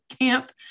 camp